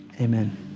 amen